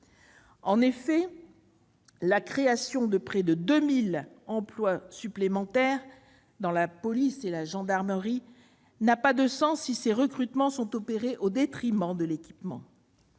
sécurité. La création de près de 2 000 emplois supplémentaires dans la police et la gendarmerie n'a pas de sens, si ces recrutements sont opérés au détriment de l'équipement.